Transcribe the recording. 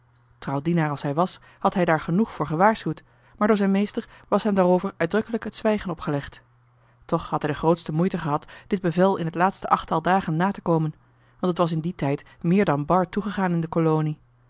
trouw dienaar als hij was had hij daar genoeg voor gewaarschuwd maar door zijn meester was hem daarover uitdrukkelijk het zwijgen opgelegd toch had hij de grootste moeite gehad dit bevel in het laatste achttal dagen na te komen want t was in dien tijd meer dan bar toegegaan in de kolonie